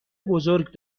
بزرگ